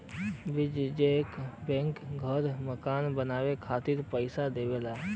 वाणिज्यिक बैंक घर मकान बनाये खातिर पइसा देवला